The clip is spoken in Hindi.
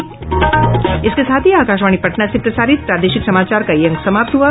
इसके साथ ही आकाशवाणी पटना से प्रसारित प्रादेशिक समाचार का ये अंक समाप्त हुआ